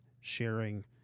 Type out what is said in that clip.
sharing